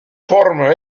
forme